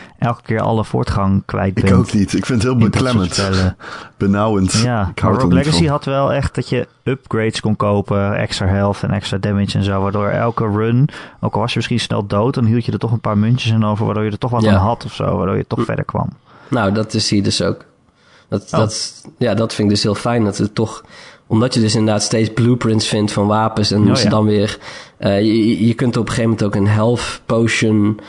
elke keer alle voortgang kwijt Ik bent ook niet. Ik vind het heel in dat soort beklemmend. spellen. Benauwend. Ja, Ik- ik hou maar er Rogue niet van. Legacy had wel echt dat je upgrades kon kopen, extra health en extra damage en zo, waardoor elke run, ook al was je misschien snel dood, dan hield je er toch een paar muntjes in over, waardoor je er toch wat aan Ja. had of zo, waardoor je toch Mm. verder kwam. Nou, dat is hier dus ook. Dat- Oh. dat is- ja, dat vind ik dus heel fijn, dat het toch- omdat je dus inderdaad steeds blueprints vindt van wapens en Oh hoe ze ja. dan weer, eh, je- je kunt op een gegeven moment ook een health potion